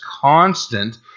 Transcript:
constant